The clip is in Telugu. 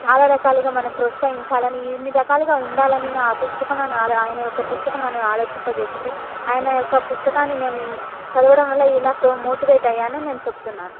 చాలా రకాలుగా మనం ప్రోత్సహించాలని ఇన్ని రకాలుగా ఉండాలని నా పుస్తకంలో నా ఆయన యొక్క పుస్తకం నన్ను ఆలోచింపజేసింది ఆయన యొక్క పుస్తకాన్ని నేను నేను చదవడం వల్ల ఇలా ప్రో మోటివేట్ అయ్యాను నేను చెబుతున్నాను